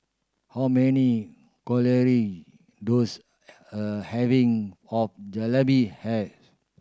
how many calorie does a having of Jalebi has